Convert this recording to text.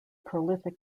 prolific